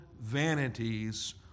vanities